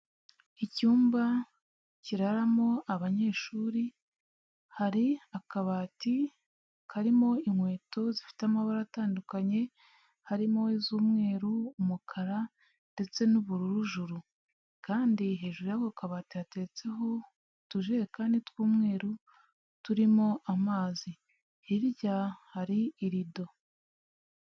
Ivyumba kiraramo abanyeshuri, hari akabati karimo inkweto zifite amabara atandukanye, harimo iz'umweru, umukara ndetse n'ubururujuru. Kandi hejuru y'ako kabati hateretseho utujerekani tw'umweru turimo amazi. Hirya hari irido.